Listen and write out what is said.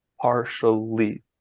partially